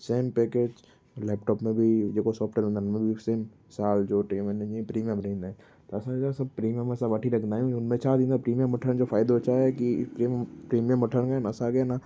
same package laptop में बि जेको सॉफ्टवेयर हूंदो आहे उन में बि सेम साल जो टे महीननि जी प्रीमियम रहींदा आहिनि त असांजो सभु प्रीमियम असां वठी रखंदा आहियूं उन में छा थींदो आहे प्रीमियम वठण जो फ़ाइदो छा आहे की प्रीम प्रीमियम वठण खां न असांखे न